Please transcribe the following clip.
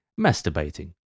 masturbating